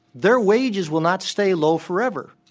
their wages will not stay low forever.